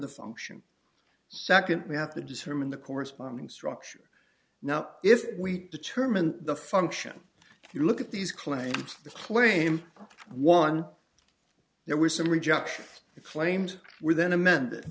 the function second we have to determine the corresponding structure now if we determine the function you look at these claims the claim one there were some rejections it claimed were then amend